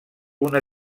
una